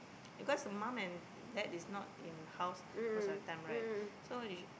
because mom and dad is not in house most of the time right so